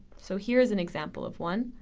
so here is an example of one.